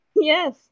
Yes